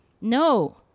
No